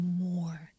more